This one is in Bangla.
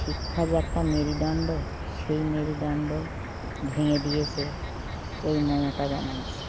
শিক্ষা যে একটা মেরুদণ্ড সেই মেরুদণ্ড ভেঙে দিয়েছে এই মমতা ব্যানার্জী